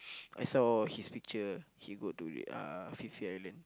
I saw his picture he go to uh Phi-Phi-Island